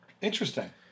Interesting